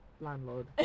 landlord